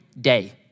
day